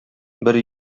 бер